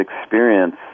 experience